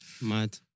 Mad